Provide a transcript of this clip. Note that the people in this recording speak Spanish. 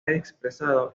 expresado